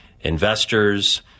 investors